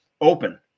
open